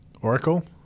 Oracle